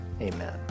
Amen